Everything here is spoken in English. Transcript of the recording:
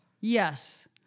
Yes